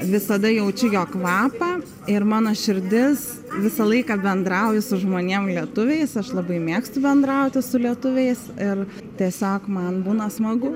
visada jaučiu jo kvapą ir mano širdis visą laiką bendrauji su žmonėm lietuviais aš labai mėgstu bendrauti su lietuviais ir tiesiog man būna smagu